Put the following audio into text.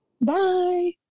Bye